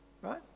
right